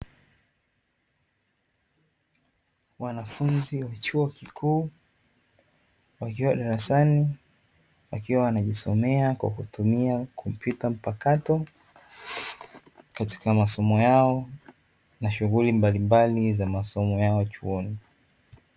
Wanafunzi wa chuo kikuu wakiwa darasani wakiwa anajisomea kwa kutumia kompyuta mpakato, katika masomo yao na shughuli mbalimbali za masomo yao chuoni.